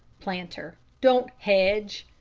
planter don't hedge!